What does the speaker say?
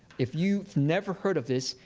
if you've never heard of this,